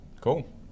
Cool